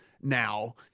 now